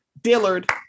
Dillard